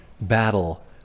battle